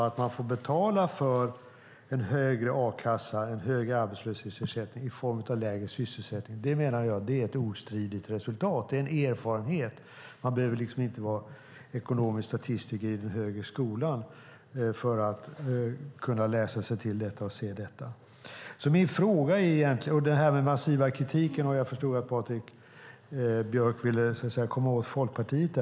Att man får betala för en högre arbetslöshetsersättning i form av lägre sysselsättning är ett obestridligt resultat. Det är en erfarenhet som man inte behöver vara ekonomisk statistiker i den högre skolan för att se. När det gäller den massiva kritiken förstår jag att Patrik Björck ville komma åt Folkpartiet.